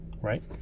right